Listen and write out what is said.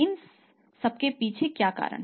इन सबके पीछे क्या कारण है